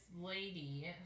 lady